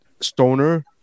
stoner